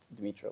Dimitro